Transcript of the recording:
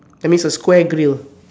that means a square grill